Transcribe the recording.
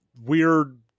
weird